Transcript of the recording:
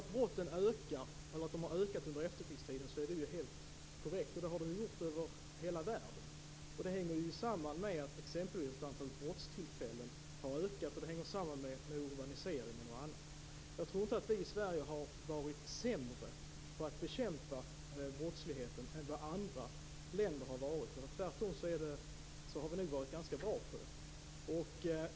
Att antalet brott har ökat under efterkrigstiden är korrekt. Detsamma har skett över hela världen. Det hänger samman med att exempelvis antalet brottstillfällen har ökat, vilket i sin tur hänger samman med urbaniseringen och annat. Jag tror inte att vi i Sverige har varit sämre än andra länder på att bekämpa brottsligheten. Tvärtom har vi nog varit ganska bra på det.